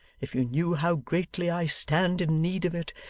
if you knew how greatly i stand in need of it,